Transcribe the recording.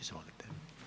Izvolite.